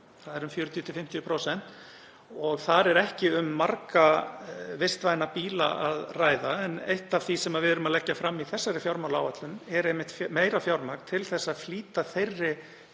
það eru um 40–50%, og þar er ekki um marga vistvæna bíla að ræða. Eitt af því sem við erum að leggja fram í þessari fjármálaáætlun er einmitt meira fjármagn til að flýta þeirri